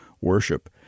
worship